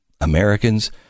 Americans